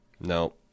No